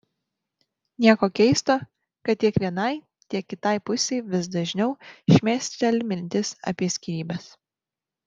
nieko keisto kad tiek vienai tiek kitai pusei vis dažniau šmėsteli mintis apie skyrybas